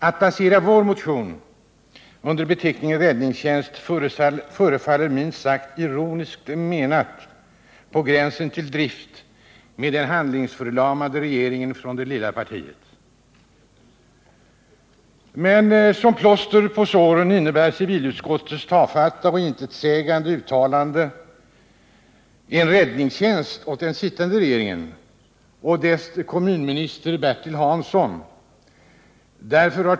Att placera vår motion under rubriken räddningstjänst förefaller minst sagt ironiskt — och på gränsen till drift med den handlingsförlamade regeringen från det lilla partiet. Men som plåster på såren innebär civilutskottets tafatta och intetsägande uttalande en räddningstjänst åt den sittande regeringen och dess kommunminister Bertil Hansson.